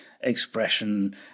expression